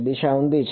દિશાઊંધી છે